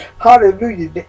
hallelujah